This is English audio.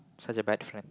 such a bad friend